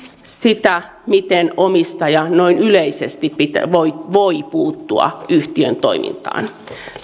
sitä miten omistaja noin yleisesti voi voi puuttua yhtiön toimintaan